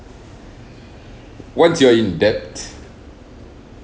once you're in debt